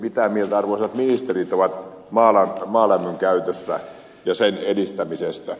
mitä mieltä arvoisat ministerit ovat maalämmön käytöstä ja sen edistämisestä